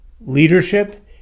Leadership